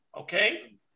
Okay